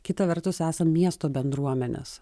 kita vertus esam miesto bendruomenes